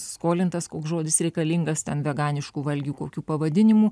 skolintas koks žodis reikalingas ten veganiškų valgių kokių pavadinimų